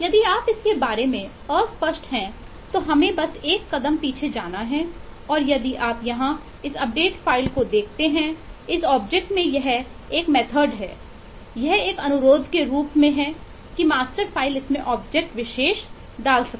यदि आप इसके बारे में अस्पष्ट हैं तो हमें बस एक कदम पीछेजाते हैं और यदि आप यहाँ इस अपडेट फ़ाइल विशेष डाल सकता है